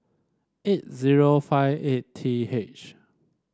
eight zero five eight T H